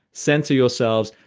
center yourselves,